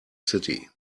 city